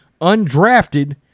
undrafted